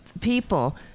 people